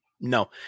No